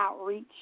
Outreach